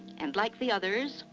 and like the others,